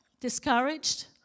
discouraged